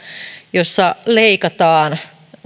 jossa leikataan